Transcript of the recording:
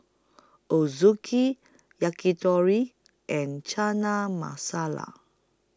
Ochazuke Yakitori and Chana Masala